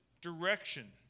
direction